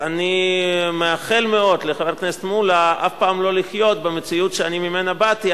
אני מאחל מאוד לחבר הכנסת מולה אף פעם לא לחיות במציאות שאני ממנה באתי,